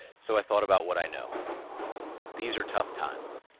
so i thought about what i know these are tough times.